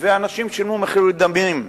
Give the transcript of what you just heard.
אנשים שילמו מחיר דמים,